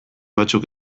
batzuk